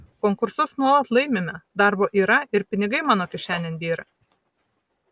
konkursus nuolat laimime darbo yra ir pinigai mano kišenėn byra